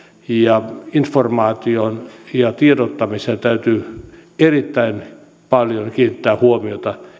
ja informaatioon ja tiedottamiseen täytyy erittäin paljon kiinnittää huomiota